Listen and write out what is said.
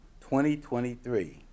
2023